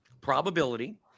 probability